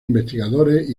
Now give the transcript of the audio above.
investigadores